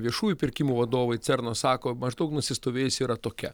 viešųjų pirkimų vadovai cerno sako maždaug nusistovėjus yra tokia